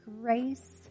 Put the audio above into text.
grace